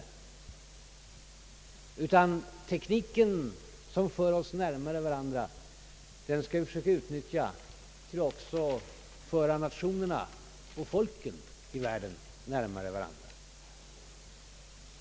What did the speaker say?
I stället skall vi försöka utnyttja tekniken — som för oss närmare varandra — till att också föra världens nationer och folk närmare varandra.